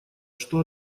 что